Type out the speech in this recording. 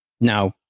now